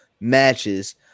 matches